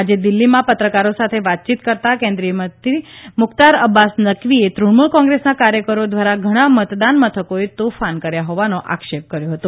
આજે દિલ્હીમાં પત્રકારો સાથે વાતચીત કરતા કેન્દ્રીયમંત્રી મુખ્વાર અબ્બાસ નકવીએ તૃણમુલ કોંગ્રેસના કાર્યકરો દ્વારા ઘણા મતદાન મથકોએ તોફાન કર્યા હોવાનો આક્ષેપ કર્યો હતો